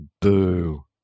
Boo